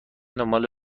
دنبال